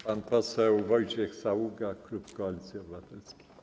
Pan poseł Wojciech Saługa, klub Koalicji Obywatelskiej.